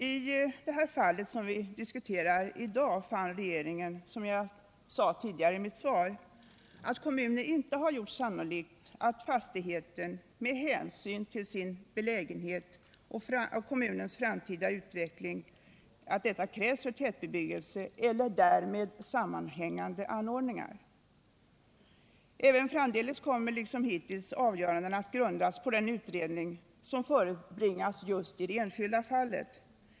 I det fall vi nu diskuterar fann regeringen, som jag också sade i mitt svar, att kommunen inte gjort sannolikt att fastigheten med hänsyn till dess belägenhet och kommunens framtida utveckling är nödvändig för tätbebyggelse eller därmed sammanhängande anordningar. Liksom hittills kommer även framdeles avgörandena att grundas på den utredning som förebringas i det enskilda fallet.